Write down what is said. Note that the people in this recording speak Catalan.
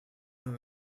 amb